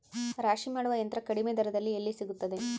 ರಾಶಿ ಮಾಡುವ ಯಂತ್ರ ಕಡಿಮೆ ದರದಲ್ಲಿ ಎಲ್ಲಿ ಸಿಗುತ್ತದೆ?